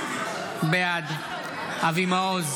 בעד אבי מעוז,